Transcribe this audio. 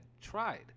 tried